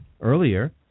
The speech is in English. earlier